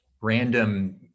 random